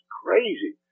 crazy